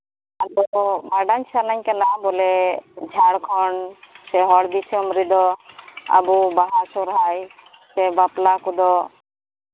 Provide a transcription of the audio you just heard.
ᱟᱫᱚ ᱵᱟᱰᱟᱭ ᱥᱟᱱᱟᱧ ᱠᱟᱱᱟ ᱵᱚᱞᱮ ᱡᱷᱟᱲᱠᱷᱚᱸᱰ ᱥᱮ ᱦᱚᱲ ᱫᱤᱥᱚᱢ ᱨᱮᱫᱚ ᱟᱵᱚ ᱵᱟᱦᱟ ᱥᱚᱨᱦᱟᱭ ᱥᱮ ᱵᱟᱯᱞᱟ ᱠᱚᱫᱚ